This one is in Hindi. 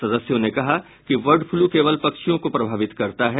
सदस्यों ने कहा कि बर्ड फ्लू केवल पक्षियों को प्रभावित करता है